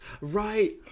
Right